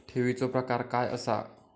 ठेवीचो प्रकार काय असा?